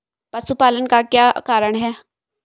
पशुपालन का क्या कारण है?